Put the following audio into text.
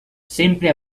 sempre